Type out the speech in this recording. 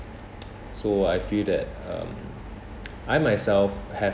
so I feel that um I myself have